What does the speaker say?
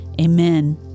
Amen